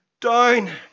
down